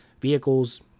vehicles